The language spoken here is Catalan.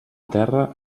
terra